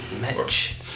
Mitch